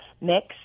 mix